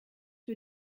für